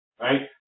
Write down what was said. right